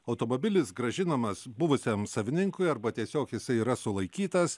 automobilis grąžinamas buvusiam savininkui arba tiesiog jisai yra sulaikytas